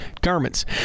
garments